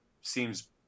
seems